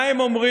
מה הם אומרים,